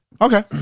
Okay